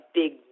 big